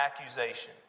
accusation